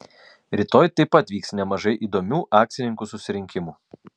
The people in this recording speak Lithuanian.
rytoj taip pat vyks nemažai įdomių akcininkų susirinkimų